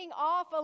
off